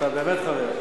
אתה באמת חבר,